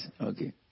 okay